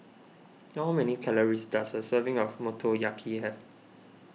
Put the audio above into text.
how many calories does a serving of Motoyaki have